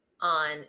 on